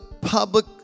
public